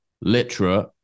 literate